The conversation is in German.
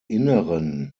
inneren